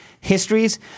Histories